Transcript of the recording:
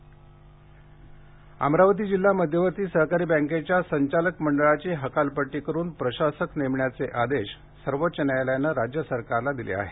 Amravati bank बरखास्त अमरावती जिल्हा मध्यवर्ती सहकारी बँकेच्या संचालक मंडळाची हकालपट्टी करून प्रशासक नेमण्याचे आदेश सर्वोच्च न्यायालयानं राज्य सरकारला दिले आहेत